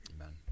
Amen